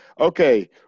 Okay